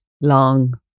long